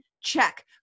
check